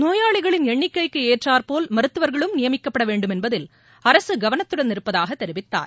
நோயாளிகளின் எண்ணிக்கைக்கு ஏற்றாற்போல் மருத்துவர்களும் நியமிக்கப்பட வேண்டும் என்பதில் அரசு கவனத்தடன் இருப்பதாகத் தெரிவித்தார்